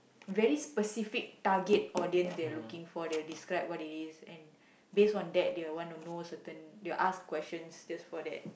very specific target audience they're looking for they will describe what it is and based on that they will wanna know certain they will ask questions just for that